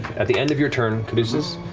at the end of your turn, caduceus,